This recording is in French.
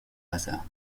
hasard